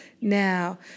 now